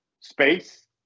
space